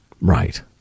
Right